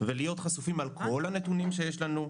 ולהיות חשופים בכל הנתונים שיש לנו,